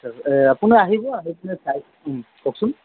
আপুনি আহিব আহি পিনে চাই কওকচোন